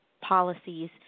policies